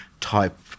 type